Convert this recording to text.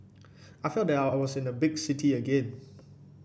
I felt that I was in a big city again